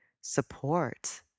support